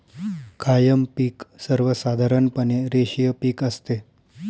कायम पिक सर्वसाधारणपणे रेषीय पिक असते